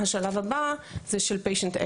השלב הבא זה של experd patient,